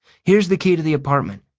here's the key to the apartment.